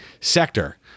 sector